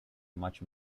much